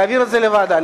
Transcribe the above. להעביר את זה לוועדה?